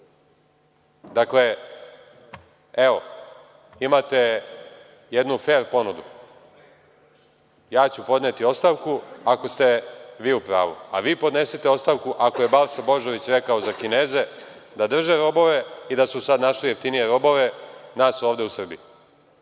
Srbiji? Dakle, evo, imate jednu fer ponudu, ja ću podneti ostavku ako ste vi u pravu. Vi podnesite ostavku ako je Balša Božović rekao za Kineze da drže robove i da su sada našli jeftinije robove, nas ovde u Srbiji.